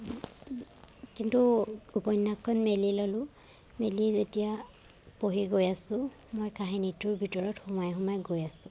কিন্তু উপন্যাসখন মেলি ললোঁ মেলি যেতিয়া পঢ়ি গৈ আছোঁ মই কাহিনীটোৰ ভিতৰত সোমাই সোমাই গৈ আছোঁ